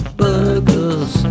burgers